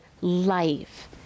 life